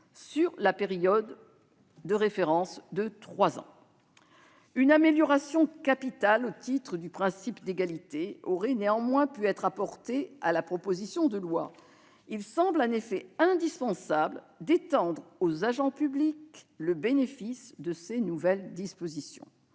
si la santé de leur enfant le requiert. Une amélioration, capitale au titre du principe d'égalité, aurait néanmoins pu être apportée à la proposition de loi. Il semble en effet indispensable d'étendre aux agents publics le bénéfice de ces nouvelles dispositions.